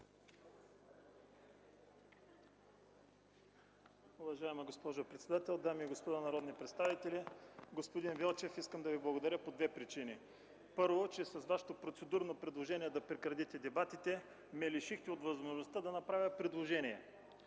Уважаема госпожо председател, дами и господа народни представители! Господин Велчев, искам да Ви благодаря по две причини. Първо, че с Вашето процедурно предложение да прекратите дебатите, ме лишихте от възможността да направя предложение.